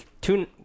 two